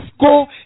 go